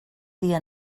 dia